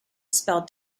spell